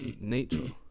nature